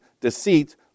deceit